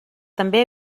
també